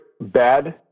bad